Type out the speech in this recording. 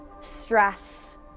stress